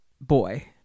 boy